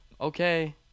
okay